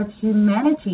humanity